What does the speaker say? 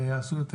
יעשו יותר,